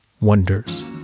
wonders